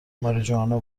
ماریجوانا